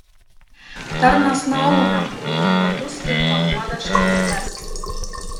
tarnas nuauna ponui batus ir paduoda šlepetes